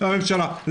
הממשלה.